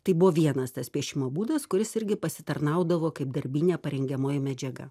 tai buvo vienas tas piešimo būdas kuris irgi pasitarnaudavo kaip darbinė parengiamoji medžiaga